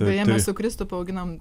beje mes su kristupu auginam